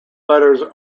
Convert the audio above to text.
letters